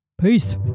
Peace